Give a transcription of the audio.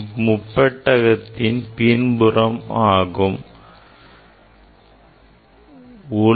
இது முப்பெட்டகத்தின் பின்புறம் பிரதிபலிக்காத பரப்பாகும்